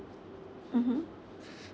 mmhmm